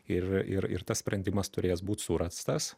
ir ir ir tas sprendimas turės būt surastas